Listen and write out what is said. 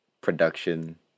production